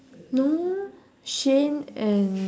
no ah shane and